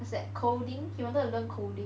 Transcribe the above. what's that coding he wanted to learn coding